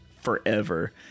forever